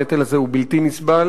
הנטל הזה הוא בלתי נסבל.